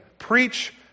Preach